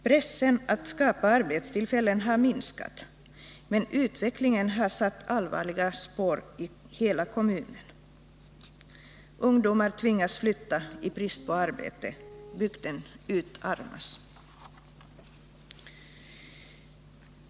Pressen när det gäller att skapa arbetstillfällen har minskat, men utvecklingen har satt allvarliga spår i hela kommunen. Ungdomar tvingas flytta i brist på arbete. Bygden utarmas.